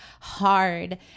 hard